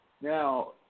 Now